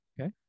Okay